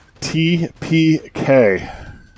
tpk